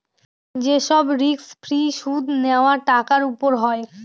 যে সব risk free সুদ নেওয়া টাকার উপর হয়